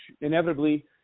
inevitably